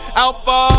alpha